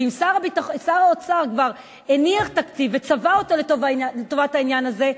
ואם שר האוצר כבר הניח תקציב וצבע אותו לטובת העניין הזה,